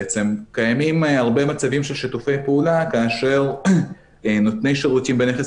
בעצם קיימים הרבה מצבים של שיתופי פעולה כאשר נותני שירותים בנכס